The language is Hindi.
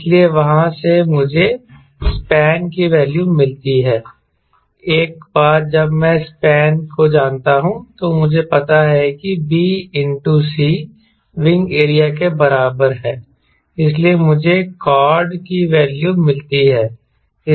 इसलिए वहां से मुझे स्पैन की वैल्यू मिलती है एक बार जब मैं स्पैन को जानता हूं तो मुझे पता है कि b into c wing area के बराबर है इसलिए मुझे कॉर्ड की वैल्यू मिलती है